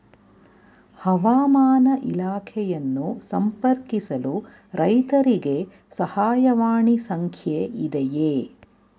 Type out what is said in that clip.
ಹವಾಮಾನ ಇಲಾಖೆಯನ್ನು ಸಂಪರ್ಕಿಸಲು ರೈತರಿಗೆ ಸಹಾಯವಾಣಿ ಸಂಖ್ಯೆ ಇದೆಯೇ?